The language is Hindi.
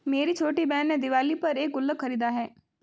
मेरी छोटी बहन ने दिवाली पर एक गुल्लक खरीदा है